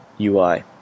UI